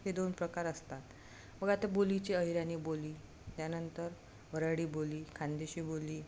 हे दोन प्रकार असतात मग आता बोलीची अहिराणी बोली त्यानंतर वऱ्हाडी बोली खानदेशी बोली